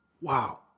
Wow